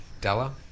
Della